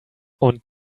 und